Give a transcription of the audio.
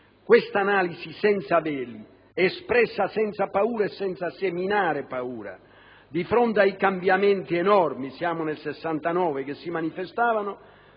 Questa analisi senza veli - espressa senza paura e senza seminare paura - di fronte ai cambiamenti enormi che si manifestavano